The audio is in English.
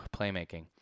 playmaking